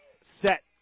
set